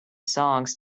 songs